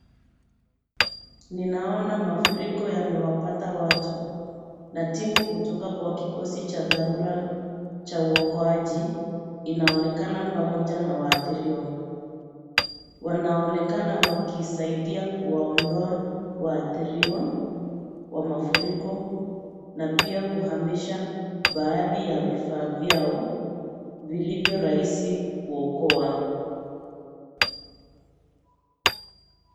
Ninaona mafuriko yamewapata watu, matimu kutoka kikosi cha dharura cha uokoaji inaonekana pamoja na waathiriwa. Wanaonekana wakisaidia kuwaondoa waathiriwa wa mafuriko na pia kuhamisha baadhi ya vifaa vyao vilvyo rahisi kuokoa.